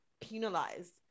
penalized